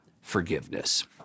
forgiveness